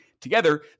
Together